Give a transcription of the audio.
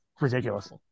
Ridiculous